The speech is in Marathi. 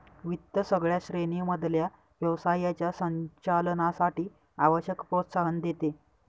वित्त सगळ्या श्रेणी मधल्या व्यवसायाच्या संचालनासाठी आवश्यक प्रोत्साहन देते